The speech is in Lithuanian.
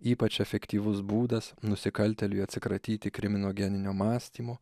ypač efektyvus būdas nusikaltėliui atsikratyti kriminogeninio mąstymo